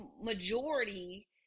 majority